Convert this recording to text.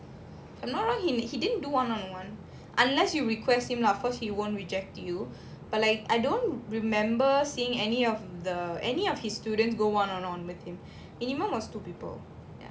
எல்லோரும்:ellorum he didn't do one on one unless you request him lah of course he won't reject you but like I don't remember seeing any of the any of his students go one on one with him minimum was two people ya